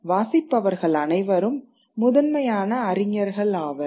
வாசிப்பவர்கள் அனைவரும் முதன்மையான அறிஞர்கள் ஆவர்